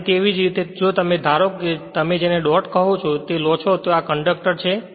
અને તેવી જ રીતે જો તમે ધારો કે તમે જેને ડોટ કહો છો તે લો છો તો આ કંડક્ટર છે